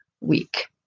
week